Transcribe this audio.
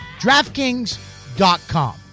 DraftKings.com